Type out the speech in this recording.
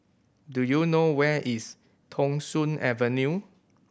do you know where is Thong Soon Avenue